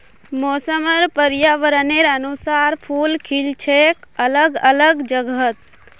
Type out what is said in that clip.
मौसम र पर्यावरनेर अनुसार फूल खिल छेक अलग अलग जगहत